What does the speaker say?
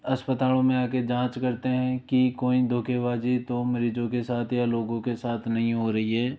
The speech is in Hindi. अस्पतालों में आके जाँच करते हैं कि कोई धोखे बाजी तो मरीजों के साथ या लोगों के साथ नहीं हो रही है